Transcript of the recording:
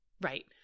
Right